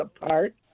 apart